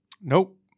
Nope